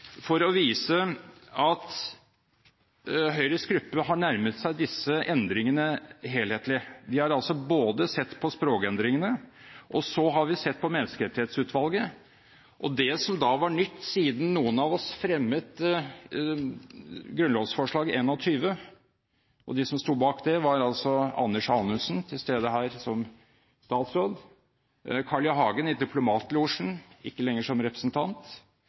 for å vise at Høyres gruppe har nærmet seg disse endringene helhetlig. Vi har altså sett på både språkendringene og Menneskerettighetsutvalget, det som var nytt siden noen av oss fremmet grunnlovsforslag 21. De som sto bak det, var altså Anders Anundsen, til stede her som statsråd, Carl I. Hagen, i diplomatlosjen, ikke lenger som representant,